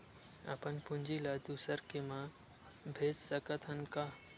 अपन पूंजी ला दुसर के मा भेज सकत हन का?